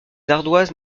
ardoises